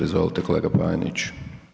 Izvolite kolega Panenić.